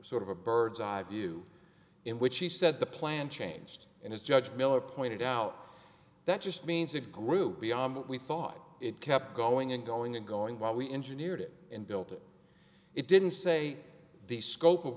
sort of a bird's eye view in which he said the plan changed and as judge miller pointed out that just means a group beyond what we thought it kept going and going and going while we engineer it and built it it didn't say the scope of